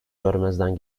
görmezden